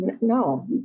No